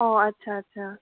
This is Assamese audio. অঁ আচ্ছা আচ্ছা